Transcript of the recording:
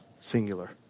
singular